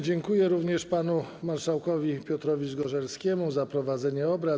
Dziękuję również panu marszałkowi Piotrowi Zgorzelskiemu za prowadzenie obrad.